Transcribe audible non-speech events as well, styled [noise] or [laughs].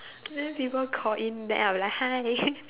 many people call in then I'm like hi [laughs]